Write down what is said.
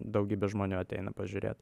daugybė žmonių ateina pažiūrėt